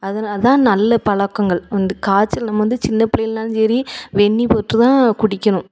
அது அது தான் நல்ல பழக்கங்கள் வந்து காய்ச்சல் நம்ம வந்து சின்னப்பிள்ளைகள்னாலும் சரி வெந்நீர் போட்டு தான் குடிக்கணும்